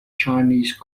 chinese